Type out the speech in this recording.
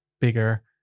Bigger